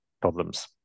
problems